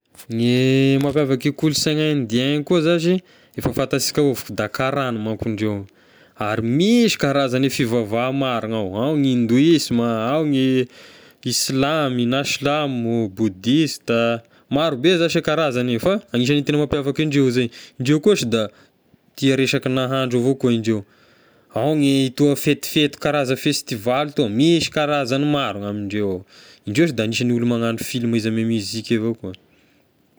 Ny mampiavaky e kolonsaina indien koa zashy efa fantasika avao fa da kàrana manko indreo, ary misy karazagny fivavaha maro ny ao, ao ny hindoisma, ao ny islamy na silamo, boudista, marobe zashy e karazagny fa anisany tegna mampiavaka indreo zay, indreo koa ohatry da tia resaky nahandro avao koa indreo, ao ny toa fetifety karaza festival toa,, misy karazagny maro ny ame indreo ao, indreo da anisan'ny olo magnano film izy ame musique izy avao koa.